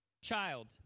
child